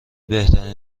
بهترین